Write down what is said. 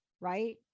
right